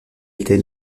était